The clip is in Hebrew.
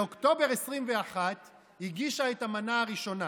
באוקטובר 2021 הגישה את ה"מנה" הראשונה